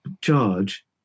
charge